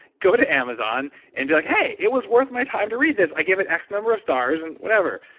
go to amazon and be like hey, it was worth my time to read this. i give it x number of stars and whatever.